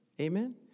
amen